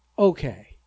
Okay